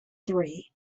three